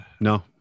No